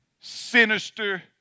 sinister